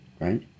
Right